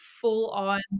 full-on